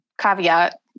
caveat